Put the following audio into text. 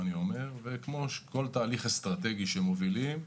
כמו כל תהליך אסטרטגי שמובילים,